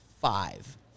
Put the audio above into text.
five